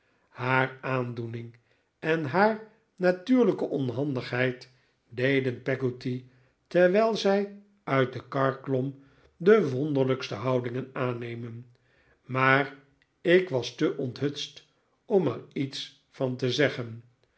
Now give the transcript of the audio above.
haar aandoening en haar natuurlijke onhandigheid deden peggotty terwijl zij uit de kar klom de wonderlijkste houdingen aannemen maar ik was te onthutst om er iets van te zeggen